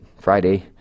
Friday